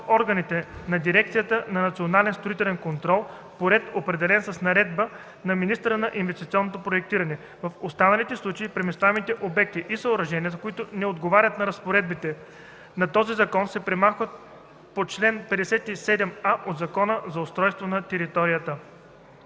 органите на Дирекцията за национален строителен контрол по ред, определен с наредба на министъра на инвестиционното проектиране. В останалите случаи преместваемите обекти и съоръжения, които не отговарят на разпоредбите на този закон, се премахват по реда на чл. 57а от Закона за устройство на територията.”